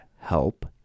help